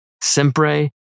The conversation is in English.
Sempre